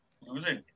losing